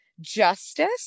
justice